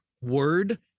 word